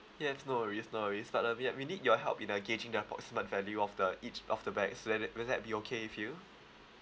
yes no worries no worries but uh yup we need your help in uh gauging the approximate value of the each of the bags will that will that be okay with you